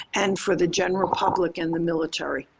and for the general public in the military.